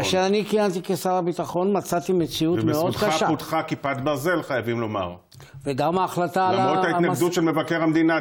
סכנת נפשות בגלל האבנים המועפות על ידי התלמידים שלומדים בתוכניות